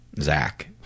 Zach